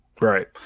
Right